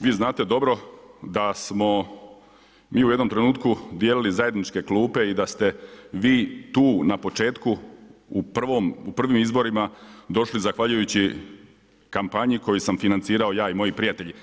vi znate puno da smo mi u jednom trenutku dijelili zajedničke klupe i da ste vi tu na početku u prvim izborima došli zahvaljujući kampanji koju sam financirao ja i moji prijatelji.